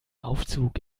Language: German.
aufzug